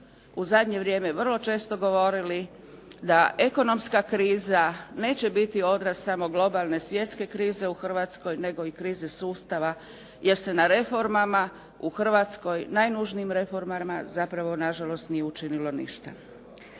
u zadnje vrijeme vrlo često govorili da ekonomska kriza neće biti odraz samo globalne svjetske krize u Hrvatskoj nego i krize sustava jer se na reformama u Hrvatskoj, najnužnijim reformama zapravo nažalost nije učinilo ništa.